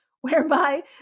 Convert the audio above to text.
whereby